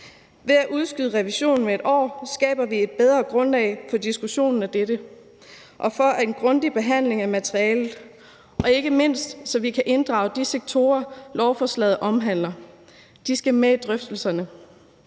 Ved at udskyde revisionen med 1 år skaber vi et bedre grundlag for diskussionen af dette og får en grundig behandling af materialet, og ikke mindst betyder det, at vi kan inddrage de sektorer, lovforslaget omhandler. De skal med i drøftelserne.